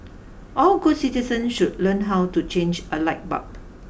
all good citizens should learn how to change a light bulb